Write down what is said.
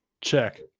Check